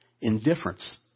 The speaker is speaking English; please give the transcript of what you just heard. Indifference